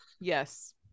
yes